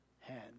hand